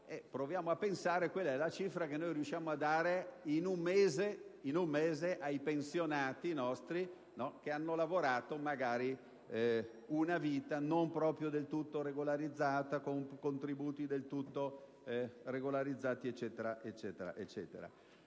proviamo a pensare qual è la cifra che riusciamo a dare in un mese ai nostri pensionati, che magari hanno lavorato una vita non proprio del tutto regolarizzata, con contributi non del tutto regolarizzati, eccetera.